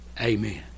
Amen